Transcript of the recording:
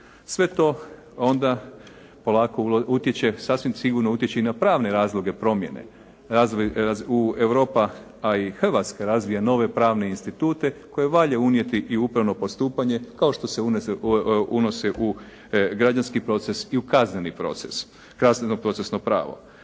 Sve to onda polako utječe, sasvim sigurno utječe i na pravne razloge promjene. Europa a i Hrvatska razvija nove pravne institute koje valja unijeti i u upravno postupanje kao što se unose u građanski proces i u kazneni proces, kazneno-procesno pravo.